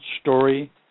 story